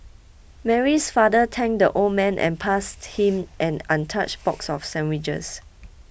Mary's father thanked the old man and passed him an untouched box of sandwiches